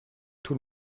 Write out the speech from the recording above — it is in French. tout